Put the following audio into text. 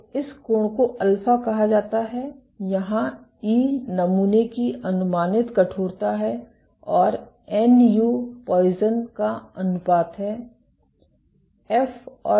तो इस कोण को अल्फ़ा कहा जाता है यहाँ ई नमूने की अनुमानित कठोरता है और एन यू पॉइसन Poisson's का अनुपात एफ और डेल्टा है